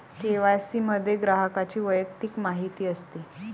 KYC मध्ये ग्राहकाची वैयक्तिक माहिती असते